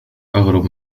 أغرب